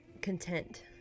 content